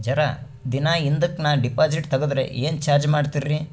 ಜರ ದಿನ ಹಿಂದಕ ನಾ ಡಿಪಾಜಿಟ್ ತಗದ್ರ ಏನ ಚಾರ್ಜ ಮಾಡ್ತೀರಿ?